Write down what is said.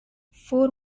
four